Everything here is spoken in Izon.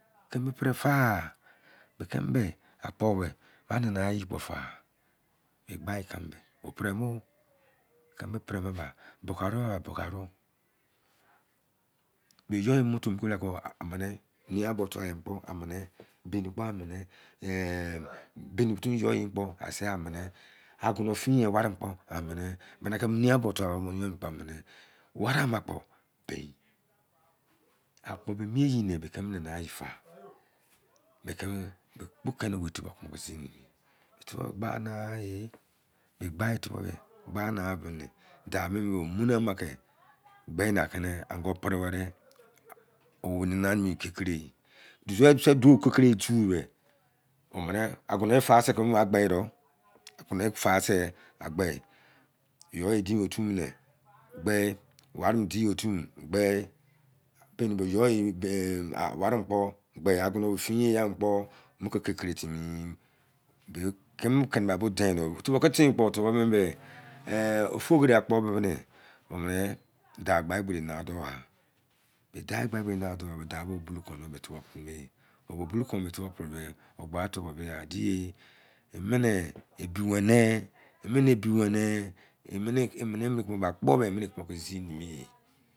Kimi be pere fa be kimi be akpo be be gbayi kimi be o pere mo o kimi be pere me ba bike aru a bike aru be yo yi moto mo ki la kpo amini nein a buo tua yai mo kpo amini beni kpo amini ehn beni otu yo yi kpo ase amini agono yo finyi wari kpo amini mini ki neina buo tua yi mo kpo amini llare ama kpo bein akpo be emi wyi ne be kimi nanagha eyi fa be kimi be kpo be keni be owei tubou ki zi weri emi tubou be gba naghae begbayi tubon be gba nagha bibi ni dau be omoni ama ki gbena kini o ango pri weri o nans nimi eyi mini kekere be duo koo ma agbe do agionu wei faa se agbe you yi diyi otu mini gbe wari mini diyi otu mo gne beni bo you yi wari mini kpo ayono bo you yi wari mini kpo ayono bo efua yi yai mo kpo mo ki kekerr timi be kimu keni bai bo dein do tubo kitin kpe tuboy bei mi me ofogori akpo bibi ni omini dau gba egberi na dougha be dau gba egberina dougja be dau be bo buluo kon no be tubou pri me o ba bufou kon a tubou pri me ogba tubuo be a di ye emono ebi wene emeni ebiwene mini emi kimi be mini be akpo be eni be tibi kizi nimieye